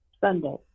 Sunday